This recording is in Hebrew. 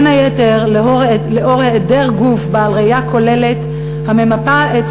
בין היתר לנוכח היעדר גוף בעל ראייה כוללת הממפה את